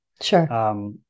Sure